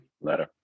Later